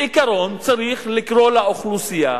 בעיקרון צריך לקרוא לאוכלוסייה